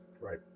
Right